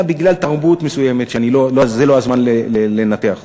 אלא בגלל תרבות מסוימת שזה לא הזמן לנתח אותה.